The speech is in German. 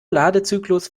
ladezyklus